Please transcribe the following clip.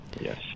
yes